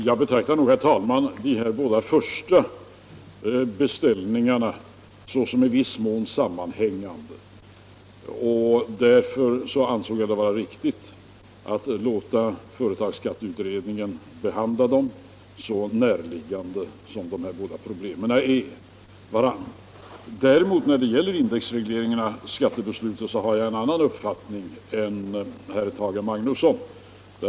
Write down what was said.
Herr talman! Jag betraktar de båda första beställningarna såsom i viss mån sammanhängande. Därför ansåg jag att det var riktigt att låta företagsskatteberedningen behandla dem i anslutning till varandra. När det däremot gäller besluten i fråga om indexreglering av skattesystemet har jag en annan uppfattning än herr Tage Magnusson.